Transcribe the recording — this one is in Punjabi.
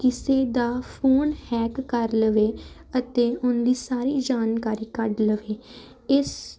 ਕਿਸੇ ਦਾ ਫੋਨ ਹੈਕ ਕਰ ਲਵੇ ਅਤੇ ਉਹਦੀ ਸਾਰੀ ਜਾਣਕਾਰੀ ਕੱਢ ਲਵੇ ਇਸ